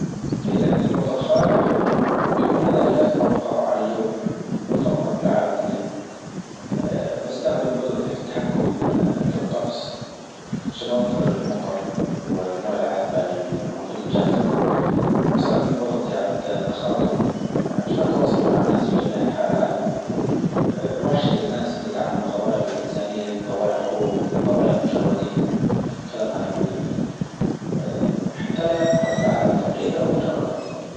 إذا كنت بطل خارق بيكون هدفي الأكبر القظاء على الجوع والفقر في العالم كله، أ بستخدم قدرتي في التحكم أ في الطقس عشان أوفر المطر والموية العذبة للمناطق الجافة، تستخدم قدرتي على التخاطر أ عشان أتواصل مع الناس في جميع العالم، أ وأحشد الناس لدعم القضايا الانسانية قضايا الحروب قضايا المشردين الكلام هذا كله أأ حتى لا يبقى في العالم فقير أو مشرد.